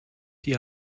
die